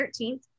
13th